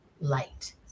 light